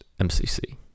MCC